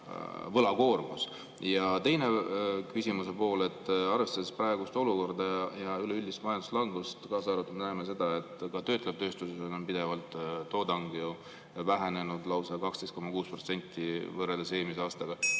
võlakoormus. Ja teine küsimuse pool. Arvestades praegust olukorda ja üleüldist majanduslangust, mille puhul me näeme seda, et näiteks töötleval tööstusel on pidevalt toodang vähenenud, lausa 12,6% võrreldes eelmise aastaga,